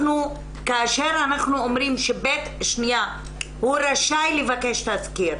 כאשר אנחנו אומרים שהוא רשאי לבקש תסקיר.